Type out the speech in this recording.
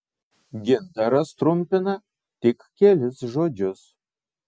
gintaras trumpina tik kelis žodžius